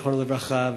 זיכרונו לברכה.